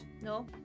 no